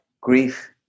grief